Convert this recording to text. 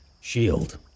shield